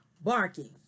barking